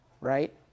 right